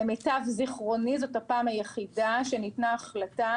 למיטב זיכרוני זאת הפעם היחידה שניתנה החלטה